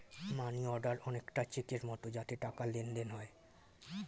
মানি order অনেকটা চেকের মতো যাতে টাকার লেনদেন হয়